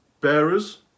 bearers